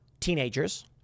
teenagers